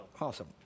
Awesome